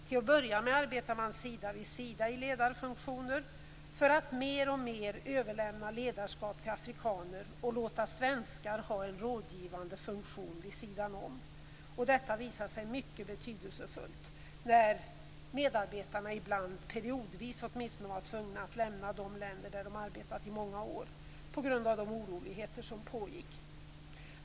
Till att börja med arbetade man sida vid sida i ledarfunktioner för att mer och mer överlämna ledarskap till afrikaner och låta svenskar ha en rådgivande funktion vid sidan om. Detta visade sig mycket betydelsefullt när medarbetarna periodvis var tvungna att lämna de länder där de arbetat i många år på grund av de oroligheter som pågick.